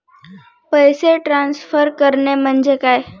पैसे ट्रान्सफर करणे म्हणजे काय?